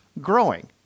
growing